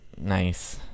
Nice